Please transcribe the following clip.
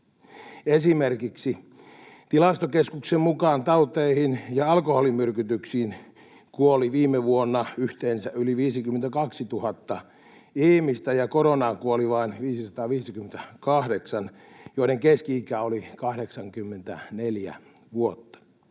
Esimerkiksi Tilastokeskuksen mukaan tauteihin ja alkoholimyrkytyksiin kuoli viime vuonna yhteensä yli 52 000 ihmistä ja koronaan kuoli vain 558, joiden keski-ikä oli 84 vuotta.